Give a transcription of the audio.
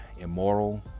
immoral